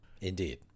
Indeed